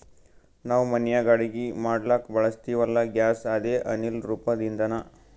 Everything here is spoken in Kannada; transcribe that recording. ನಾವ್ ಮನ್ಯಾಗ್ ಅಡಗಿ ಮಾಡ್ಲಕ್ಕ್ ಬಳಸ್ತೀವಲ್ಲ, ಗ್ಯಾಸ್ ಅದೇ ಅನಿಲ್ ರೂಪದ್ ಇಂಧನಾ